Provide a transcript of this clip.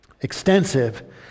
extensive